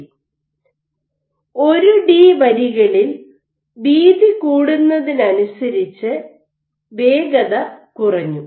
1 D വരികളിൽ വീതി കൂടുന്നതിനനുസരിച്ച് വേഗത കുറഞ്ഞു